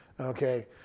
Okay